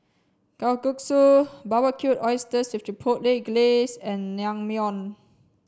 kalguksu Barbecued Oysters with Chipotle Glaze and